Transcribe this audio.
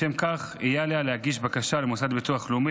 לשם כך יהיה עליה להגיש בקשה למוסד לביטוח לאומי